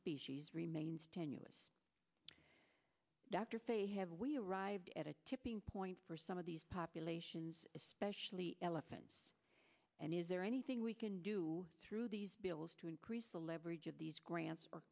species remains tenuous dr fay have we arrived at a tipping point for some of these populations especially elephants and is there anything we can do through these bills to increase the leverage of these grants or